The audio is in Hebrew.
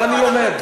אבל אני לומד.